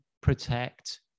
protect